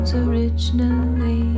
originally